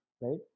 right